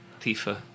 Tifa